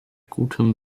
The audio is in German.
gutem